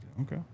Okay